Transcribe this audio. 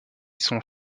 sont